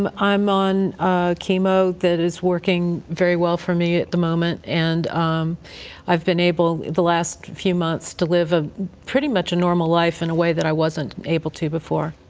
um i'm on chemo that is working very well for me at the moment, and i've been able, the last few months, to live ah pretty much a normal life in a way that i wasn't able to before.